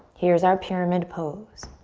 here's our pyramid pose.